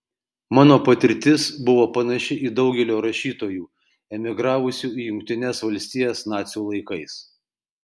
mano patirtis buvo panaši į daugelio rašytojų emigravusių į jungtines valstijas nacių laikais